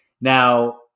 now